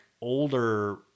older